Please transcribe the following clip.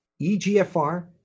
EGFR